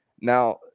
now